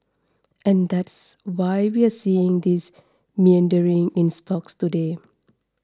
and that's why we're seeing this meandering in stocks today